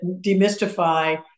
demystify